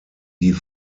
die